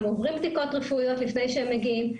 הם עוברים בדיקות רפואיות לפני שהם מגיעים,